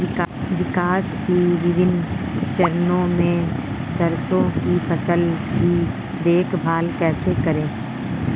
विकास के विभिन्न चरणों में सरसों की फसल की देखभाल कैसे करें?